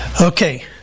Okay